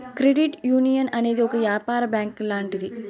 credit union అనేది ఒక యాపార బ్యాంక్ లాంటిది